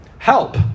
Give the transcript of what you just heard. Help